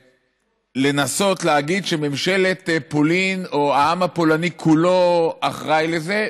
של לנסות להגיד שממשלת פולין או העם הפולני כולו אחראי לזה,